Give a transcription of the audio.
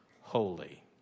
holy